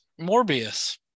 Morbius